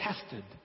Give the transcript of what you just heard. tested